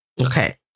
Okay